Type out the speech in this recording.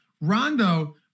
Rondo